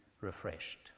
Refreshed